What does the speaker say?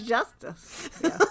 Justice